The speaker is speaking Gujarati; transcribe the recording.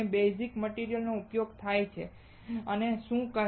જે બેઝ મટિરિયલ નો ઉપયોગ થાય છે તેને શું કહે છે